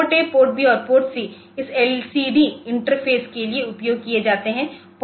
PORTA PORTB और PORTC इस LCD interface के लिए उपयोग किए जाते हैं